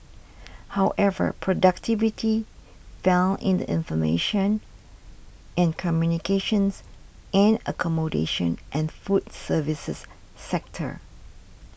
however productivity fell in the information and communications and accommodation and food services sectors